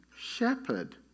shepherd